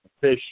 fish